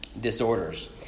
disorders